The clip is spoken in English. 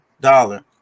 dollar